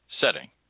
setting